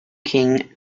king